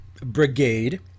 Brigade